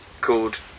called